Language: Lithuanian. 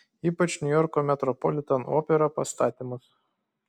ypač niujorko metropolitan opera pastatymus